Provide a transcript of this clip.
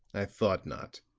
i thought not.